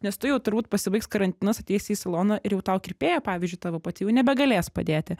nes tu jau turbūt pasibaigs karantinas ateisi į šoną ir jau tau kirpėja pavyzdžiui tavo pati jau nebegalės padėti